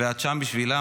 את שם בשבילם,